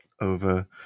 over